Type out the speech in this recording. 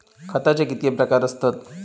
खताचे कितके प्रकार असतत?